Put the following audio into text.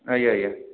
ଆଜ୍ଞା ଆଜ୍ଞା